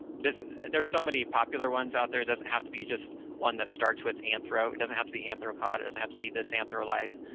this there's so many popular ones out there. it doesn't have to be just one that starts with anthro. it doesn't have to be anthropod. it doesn't and have to be this anthro life.